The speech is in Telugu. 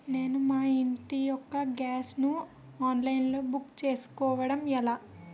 నేను మా ఇంటి యెక్క గ్యాస్ ను ఆన్లైన్ లో బుక్ చేసుకోవడం ఎలా?